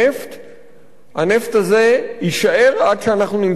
הנפט הזה יישאר עד שאנחנו נמצא דרך להוציא אותו משם.